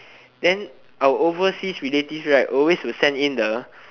then our overseas relatives right always will send in the